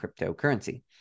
cryptocurrency